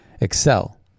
excel